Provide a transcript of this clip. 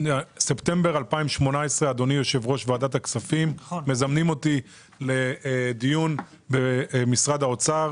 בספטמבר 2018 מזמנים אותי לדיון במשרד האוצר,